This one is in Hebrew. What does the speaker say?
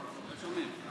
שומעים,